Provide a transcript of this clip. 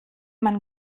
man